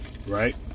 Right